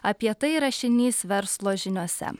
apie tai rašinys verslo žiniose